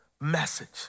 message